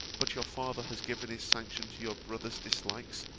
but your father has given his sanction to your brother's dislikes,